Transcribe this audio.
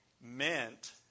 meant